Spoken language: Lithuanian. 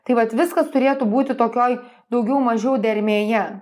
tai vat viskas turėtų būti tokioj daugiau mažiau dermėje